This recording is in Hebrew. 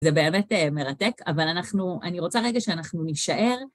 זה באמת מרתק, אבל אנחנו, אני רוצה רגע שאנחנו נישאר.